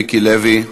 מיקי לוי,